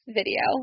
video